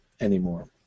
anymore